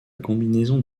combinaison